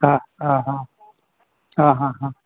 હા હા હા હા હા હા